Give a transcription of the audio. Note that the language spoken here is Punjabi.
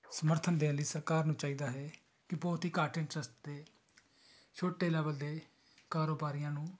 ਸਮਰਥਨ ਦੇਣ ਲਈ ਸਰਕਾਰ ਨੂੰ ਚਾਹੀਦਾ ਹੈ ਕਿ ਬਹੁਤ ਹੀ ਘੱਟ ਇੰਟਰਸਟ 'ਤੇ ਛੋਟੇ ਲੈਵਲ ਦੇ ਕਾਰੋਬਾਰੀਆਂ ਨੂੰ